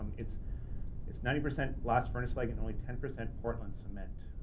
it's it's ninety percent blast furnace, like and only ten percent portland cement.